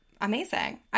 Amazing